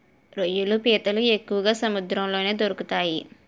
రొయ్యలు పీతలు ఎక్కువగా సముద్రంలో దొరుకుతాయి